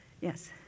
Yes